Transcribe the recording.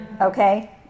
Okay